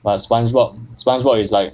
but spongebob spongebob is like